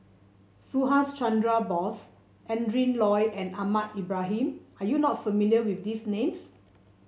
Subhas Chandra Bose Adrin Loi and Ahmad Ibrahim are you not familiar with these names